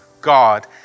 God